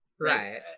right